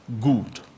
good